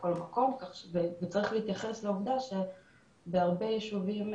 כל מקום וצריך להתייחס לעובדה שבהרבה יישובים,